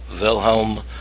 Wilhelm